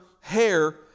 hair